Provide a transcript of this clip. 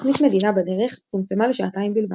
התוכנית "מדינה בדרך" צומצמה לשעתיים בלבד,